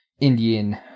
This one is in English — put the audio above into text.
Indian